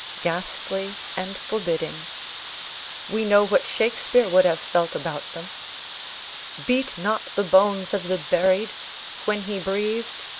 ghastly and forbidding we know what shakespeare would have felt about them beat not the bones of the buried when he breathed,